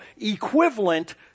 equivalent